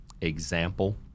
example